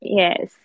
yes